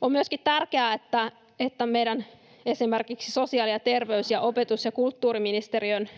On myöskin tärkeää, että esimerkiksi meidän sosiaali- ja terveys- ja opetus- ja kulttuuriministeriöiden